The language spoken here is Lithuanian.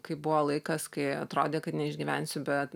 kai buvo laikas kai atrodė kad neišgyvensiu be